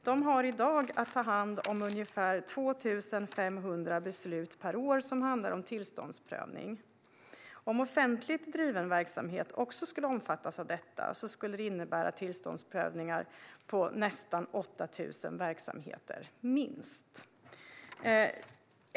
I dag har man att fatta ungefär 2 500 beslut per år som handlar om tillståndsprövning. Om offentligt driven verksamhet också skulle omfattas av detta skulle det innebära tillståndsprövning för minst 8 000 verksamheter.